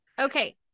Okay